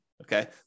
Okay